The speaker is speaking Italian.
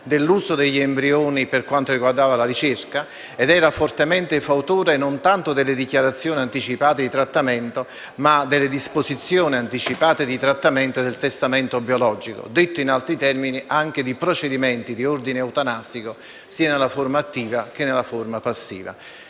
dell'uso degli embrioni per la ricerca, ma era anche fortemente fautore non tanto delle dichiarazioni anticipate di trattamento, quanto delle disposizioni anticipate di trattamento e del testamento biologico. Detto in altri termini, era a favore anche di procedimenti di ordine eutanasico, sia nella forma attiva, che nella forma passiva.